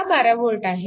हा 12V आहे